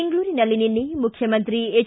ಬೆಂಗಳೂರಿನಲ್ಲಿ ನಿನ್ನೆ ಮುಖ್ಯಮಂತ್ರಿ ಎಚ್